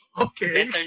Okay